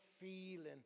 feeling